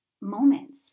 moments